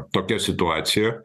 tokia situacija